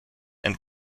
and